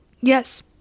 Yes